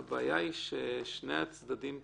הבעיה היא ששני הצדדים צודקים.